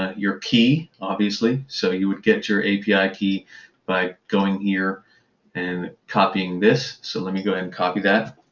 ah your key, obviously, so you would get your api ah key by going here and copying this. so let me go ahead and copy that.